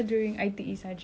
makanan I_T_E is